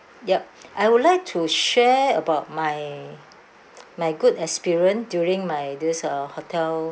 yup I would like to share about my my good experience during my this uh hotel